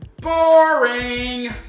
boring